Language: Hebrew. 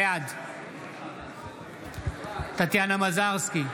בעד טטיאנה מזרסקי,